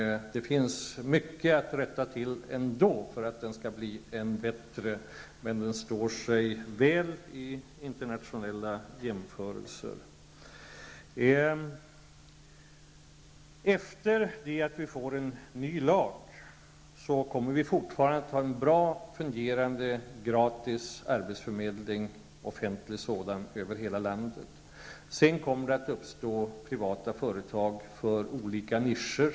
Det finns mycket att rätta till för att den skall bli ännu bättre. Men den står sig väl i internationell jämförelse. Efter det att vi får en ny lag kommer vi fortfarande att ha en bra, fungerande, gratis och offentlig arbetsförmedling över hela landet. Sedan kommer det att uppstå privata företag för olika nischer.